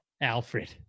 Alfred